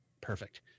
perfect